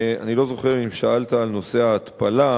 אני לא זוכר אם שאלת על נושא ההתפלה.